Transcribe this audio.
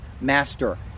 master